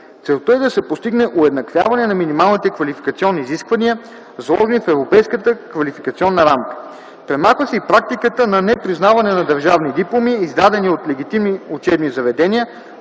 Целта е да се постигне уеднаквяване на минималните квалификационни изисквания, заложени в Европейската квалификационна рамка. Премахва се и практиката на непризнаване на държавни дипломи, издадени от легитимни учебни заведения